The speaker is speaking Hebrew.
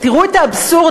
תראו את האבסורד,